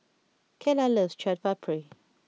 Kaylah loves Chaat Papri